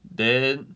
then